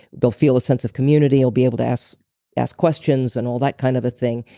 they'll feel a sense of community. they'll be able to ask ask questions and all that kind of thing.